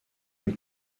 une